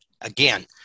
Again